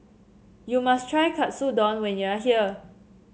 you must try Katsudon when you are here